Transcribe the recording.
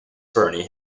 burney